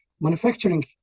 manufacturing